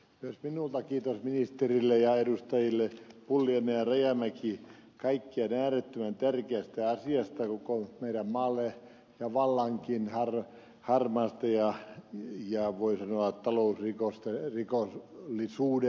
myös minulta kiitos ministerille ja edustajille pulliainen ja rajamäki kaiken kaikkiaan äärettömän tärkeästä asiasta koko meidän maallemme ja vallankin harmaan talouden ja voi sanoa talousrikollisuuden osalta